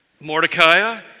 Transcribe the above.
Mordecai